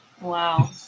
Wow